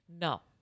No